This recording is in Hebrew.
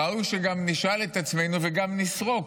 ראוי שגם נשאל את עצמנו, וגם נסרוק,